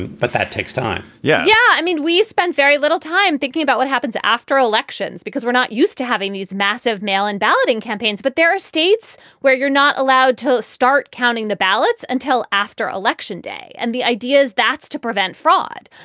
but that takes time yeah, yeah. i mean, we spend very little time thinking about what happens after elections because we're not used to having these massive mail and balloting campaigns. but there are states where you're not allowed to start counting the ballots ballots until after election day. and the idea is that's to prevent fraud.